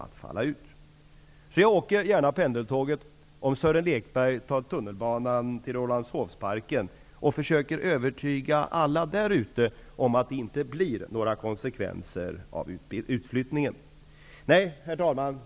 I annat fall skulle regeringen illa ha skött sitt ansvar. Jag åker alltså gärna med pendeltåget, om Sören Rålambshovsparken och försöker övertyga alla på Lärarhögskolan om att det inte blir några negativa konsekvenser av utflyttningen. Herr talman!